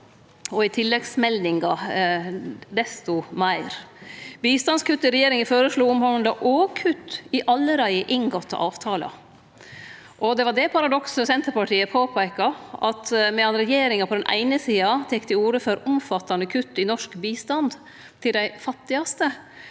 og i tilleggsmeldinga desto meir. Bistandskuttet regjeringa føreslo, handla òg om kutt i allereie inngåtte avtalar, og det var det paradokset Senterpartiet påpeika, at medan regjeringa på den eine sida tek til orde for omfattande kutt i norsk bistand til dei fattigaste,